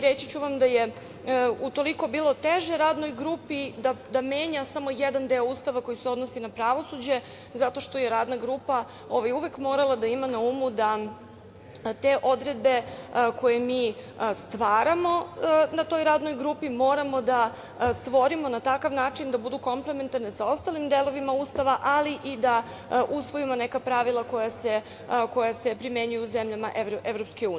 Reći ću vam da je utoliko bilo teže radnoj grupi da menja samo jedan deo Ustava koji se odnosi na pravosuđe zato što je Radna grupa uvek morala da ima na umu da te odredbe, koje mi stvaramo na toj Radnoj grupi, moramo da stvorimo na takav način da budu komplementarne sa ostalim delovima Ustava, ali i da usvojimo neka pravila koja se primenjuju u zemljama EU.